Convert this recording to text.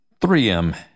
3M